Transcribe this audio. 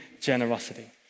generosity